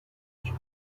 ایجاد